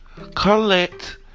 collect